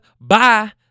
Bye